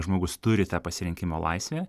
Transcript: žmogus turi tą pasirinkimo laisvę